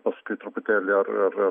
paskui truputėlį ar ar ar